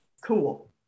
Cool